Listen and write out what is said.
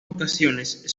ocasiones